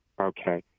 Okay